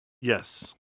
Yes